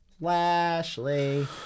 Lashley